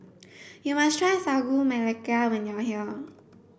you must try sagu melaka when you are here